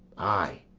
ay,